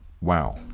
Wow